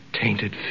tainted